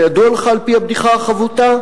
כידוע לך על-פי הבדיחה החבוטה,